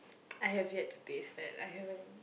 I have yet to taste that I haven't